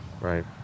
Right